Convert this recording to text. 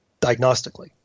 diagnostically